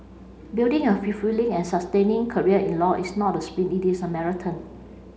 building a fulfilling and sustaining career in law is not a sprint it is a marathon